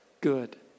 good